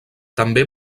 també